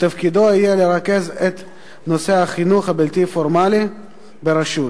שתפקידו יהיה לרכז את נושא החינוך הבלתי-פורמלי ברשות.